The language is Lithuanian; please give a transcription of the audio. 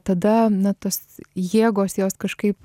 tada na tos jėgos jos kažkaip